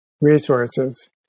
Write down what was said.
resources